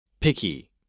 Picky